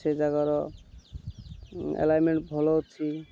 ସେ ଜାଗାର ଆରେଜମେଣ୍ଟ୍ ଭଲ ଅଛି